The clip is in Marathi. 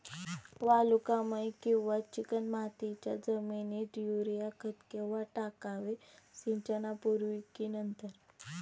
वालुकामय किंवा चिकणमातीच्या जमिनीत युरिया खत केव्हा टाकावे, सिंचनापूर्वी की नंतर?